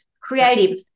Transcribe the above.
creative